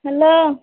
hello